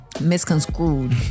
Misconstrued